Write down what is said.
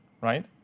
right